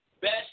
Best